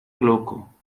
loco